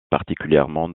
particulièrement